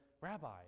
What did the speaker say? Rabbi